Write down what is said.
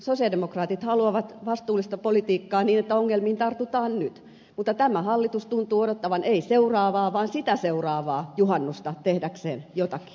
sosialidemokraatit haluavat vastuullista politiikkaa niin että ongelmiin tartutaan nyt mutta tämä hallitus tuntuu odottavan ei seuraavaa vaan sitä seuraavaa juhannusta tehdäkseen jotakin